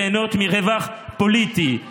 20 נורבגים זה טוב למדינת